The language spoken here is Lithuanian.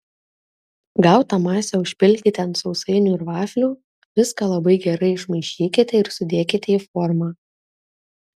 gautą masę užpilkite ant sausainių ir vaflių viską labai gerai išmaišykite ir sudėkite į formą